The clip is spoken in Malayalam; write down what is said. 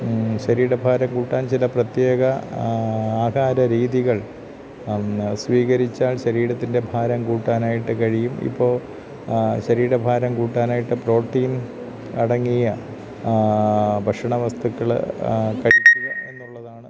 ശരീരഭാരം കൂട്ടാൻ ചില പ്രത്യേക ആഹാര രീതീകൾ അതൊന്ന് സ്വീകരിച്ചാൽ ശരീരത്തിൻ്റെ ഭാരം കൂട്ടാനായിട്ട് കഴിയും ഇപ്പോൾ ശരീരഭാരം കൂട്ടാനായിട്ട് പ്രോട്ടീൻ അടങ്ങിയ ഭക്ഷണ വസ്തുക്കൾ കഴിക്കുക എന്നുള്ളതാണ്